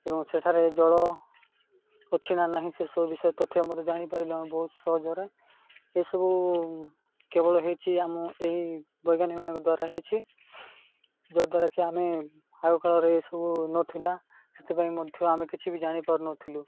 ଏବଂ ସେଠାରେ ଜଳ ଅଛି ନା ନାହିଁ ସେସବୁ ବିଷୟରେ ତଥ୍ୟ ମଧ୍ୟ ଜାଣିପାରିଲୁ ଆମେ ବହୁତ ସହଜରେ ଏସବୁ କେବଳ ହେଇଛିି ଆମ ଏଇ ବୈଜ୍ଞାନିକ ମାନଙ୍କ ଦ୍ୱାରା ହେଇଛି ଯଦ୍ୱାରା କିି ଆମେ ଆଗକାଳରେ ଏସବୁ ନଥିଲା ସେଥିପାଇଁ ମଧ୍ୟ ଆମେ କିଛି ବି ଜାଣିପାରୁନଥିଲୁ